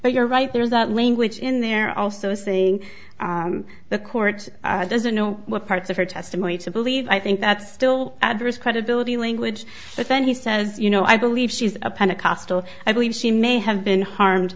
but you're right there is that language in there also saying the court doesn't know what parts of her testimony to believe i think that still adverse credibility language but then he says you know i believe she is a pentecostal i believe she may have been harmed